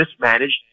mismanaged